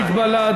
יש מגבלה של זמן.